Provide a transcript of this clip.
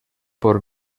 por